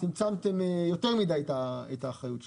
צמצמתם יותר מדיי את האחריות שלה.